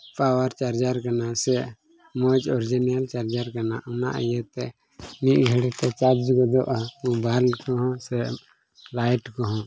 power charger ᱠᱟᱱᱟ ᱥᱮ ᱢᱚᱡᱽ ᱚᱨᱤᱡᱤᱱᱟᱞ ᱪᱟᱨᱡᱟᱨ ᱠᱟᱱᱟ ᱚᱱᱟ ᱤᱭᱟᱹᱛᱮ ᱢᱤᱫ ᱜᱷᱟᱹᱲᱤᱡᱛᱮ ᱪᱟᱨᱡᱽ ᱜᱚᱫᱚᱜᱼᱟ ᱢᱳᱵᱟᱭᱤᱞ ᱠᱚᱦᱚᱸ ᱥᱮ ᱞᱟᱭᱤᱴ ᱠᱚᱦᱚᱸ